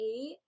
eight